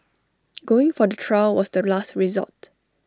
going for the trial was the last resort